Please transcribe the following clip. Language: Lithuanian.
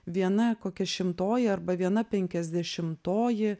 viena kokia šimtoji arba viena penkiasdešimtoji